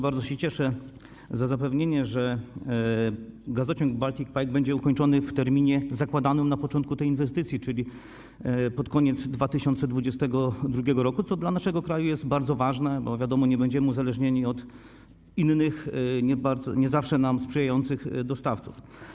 Bardzo się cieszę z powodu zapewnienia, że gazociąg Baltic Pipe będzie ukończony w terminie zakładanym na początku tej inwestycji, czyli pod koniec 2022 r., co dla naszego kraju jest bardzo ważne, bo - wiadomo - nie będziemy wtedy uzależnieni od innych, nie zawsze nam sprzyjających, dostawców.